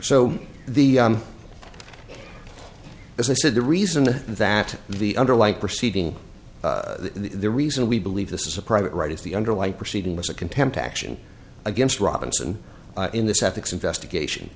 so the as i said the reason that the underlying proceeding the reason we believe this is a private right is the underlying proceeding was a contempt action against robinson in this ethics investigation